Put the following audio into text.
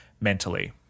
mentally